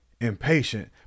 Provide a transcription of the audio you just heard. impatient